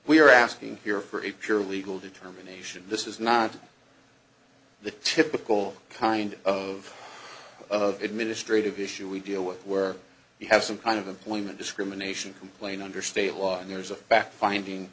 are asking here for a pure legal determination this is not the typical kind of of administrative issue we deal with where we have some kind of employment discrimination complaint under state law and there's a fact finding